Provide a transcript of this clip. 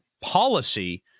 policy